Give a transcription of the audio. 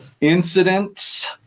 incidents